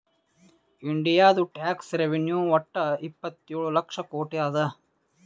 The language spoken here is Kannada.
ಇಂಡಿಯಾದು ಟ್ಯಾಕ್ಸ್ ರೆವೆನ್ಯೂ ವಟ್ಟ ಇಪ್ಪತ್ತೇಳು ಲಕ್ಷ ಕೋಟಿ ಅದಾ